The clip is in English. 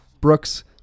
Brooks